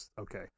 okay